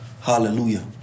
Hallelujah